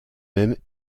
mêmes